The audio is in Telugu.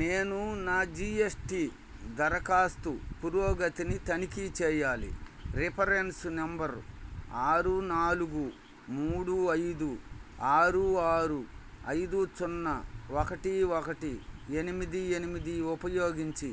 నేను నా జీ ఎస్ టీ దరఖాస్తు పురోగతిని తనిఖీ చేయాలి రిఫరెన్స్ నెంబర్ ఆరు నాలుగు మూడు ఐదు ఆరు ఆరు ఐదు సున్నా ఒకటి ఒకటి ఎనిమిది ఎనిమిది ఉపయోగించి